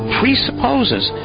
presupposes